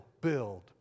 build